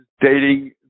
dating